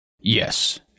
Yes